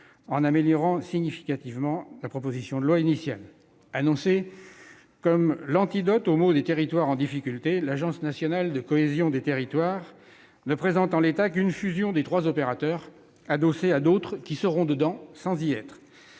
en améliorant significativement la proposition de loi initiale. Annoncée comme l'antidote aux maux des territoires en difficulté, la création de l'Agence nationale de cohésion des territoires ne représente, en l'état, que la fusion de trois opérateurs, adossée à d'autres, qui seront dedans sans y être.